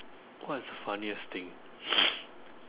what is the funniest thing